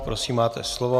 Prosím, máte slovo.